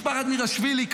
משפחת מירילשווילי היא,